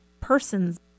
person's